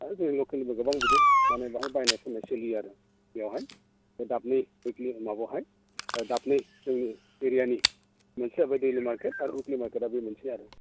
आरो जोंनि लकेलनि गोबां माने बायनाय फाननाय सोलियो आरो बेवहाय बे उइकलि माबायावहाय दा बैसाबो डेलि मार्केट उइकलि मार्केटआ बे मोनसे आरो